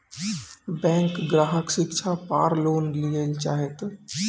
Bank ग्राहक शिक्षा पार लोन लियेल चाहे ते?